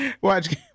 Watch